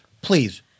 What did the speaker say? Please